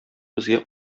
безгә